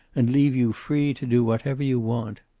and leave you free to do whatever you want.